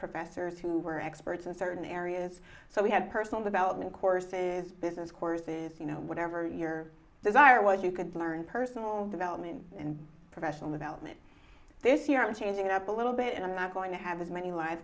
professors who were experts in certain areas so we had personal development courses business courses you know whatever your desire was you could learn personal development and professional development this year i was changing up a little bit and i'm not going to have as many lives